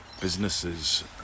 businesses